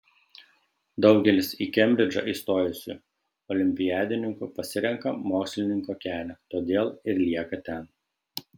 daugelis į kembridžą įstojusių olimpiadininkų pasirenka mokslininko kelią todėl ir lieka ten